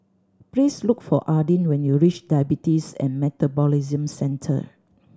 please look for Adin when you reach Diabetes and Metabolism Centre